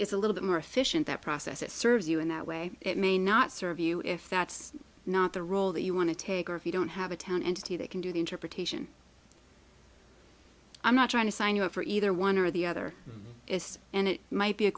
is a little bit more efficient that process it serves you in that way it may not serve you if that's not the role that you want to take or if you don't have a town entity that can do the interpretation i'm not trying to sign you up for either one or the other is and it might be a